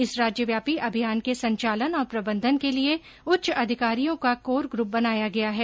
इस राज्यव्यापी अभियान के संचालन और प्रबंधन के लिए उच्च अधिकारियों का कोर ग्रुप बनाया गया है